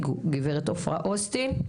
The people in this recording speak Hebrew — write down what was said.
גברת עופרה אוסטין,